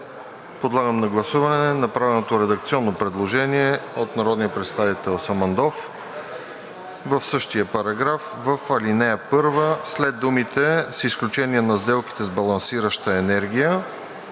Подлагам на гласуване направеното редакционно предложение от народния представител Самандòв в същия параграф, в ал. 1 след думите „с изключение на сделките с балансираща енергия“